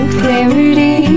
clarity